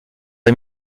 est